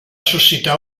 suscitar